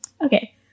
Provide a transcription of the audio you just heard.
Okay